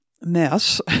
mess